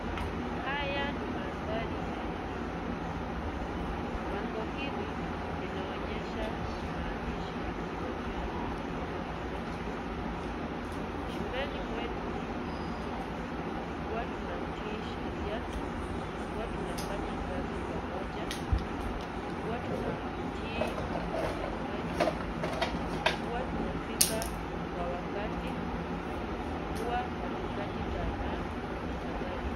Haya ni mandhari ya elimu. Bango hili linaonyesha maandishi yaliyoandikwa kama vile shuleni mwetu huwa tunatii sheria, huwa tunafanya kazi pamoja, huwa tunatii walimu wetu, huwa tunafika kwa wakati, huwa hatukati tamaa na kadhalika.